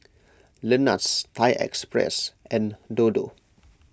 Lenas Thai Express and Dodo